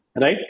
Right